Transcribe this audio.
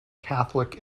catholic